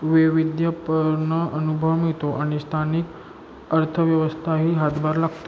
वैविध्यपूर्ण अनुभव मिळतो आणि स्थानिक अर्थव्यवस्थाही हातभार लागतो